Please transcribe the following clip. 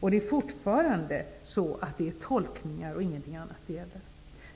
Det är fortfarande så, att det är tolkningar och ingenting annat som gäller.